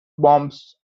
bombs